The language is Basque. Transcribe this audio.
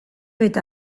eta